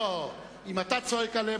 אם אתה צועק עליהם,